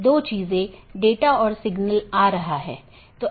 BGP का विकास routing सूचनाओं को एकत्र करने और संक्षेपित करने के लिए हुआ है